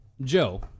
Joe